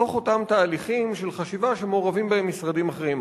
בתוך אותם תהליכים של חשיבה שמעורבים בהם משרדים אחרים,